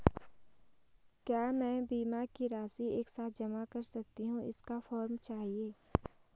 क्या मैं बीमा की राशि एक साथ जमा कर सकती हूँ इसका फॉर्म चाहिए?